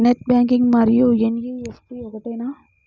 Net banking మరియు NEFT ఒకటేనా?